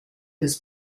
this